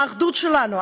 עם האחדות שלנו,